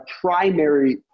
primary